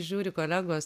žiūri kolegos